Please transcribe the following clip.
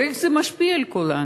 איך זה משפיע על כולנו?